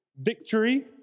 victory